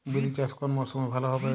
বিরি চাষ কোন মরশুমে ভালো হবে?